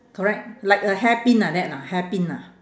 correct like a hairpin like that lah hairpin ah